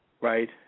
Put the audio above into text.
right